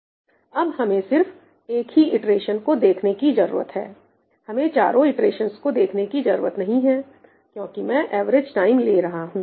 अब हमें सिर्फ एक ही इटरेशन को देखने की जरूरत है हमें चारों इटरेशंस को देखने की जरूरत नहीं है क्योंकि मैं एवरेज टाइम ले रहा हूं